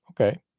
Okay